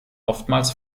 oftmals